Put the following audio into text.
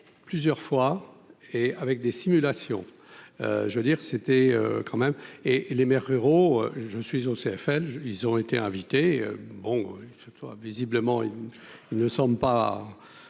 plusieurs fois et avec des simulations, je veux dire, c'était quand même et et les maires ruraux, je suis au CFL, ils ont été invités, bon, cette fois, visiblement il ne semble pas